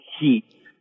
heat